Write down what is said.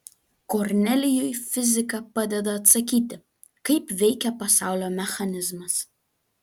kornelijui fizika padeda atsakyti kaip veikia pasaulio mechanizmas